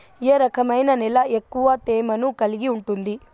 ఏ రకమైన నేల ఎక్కువ తేమను కలిగి ఉంటుంది?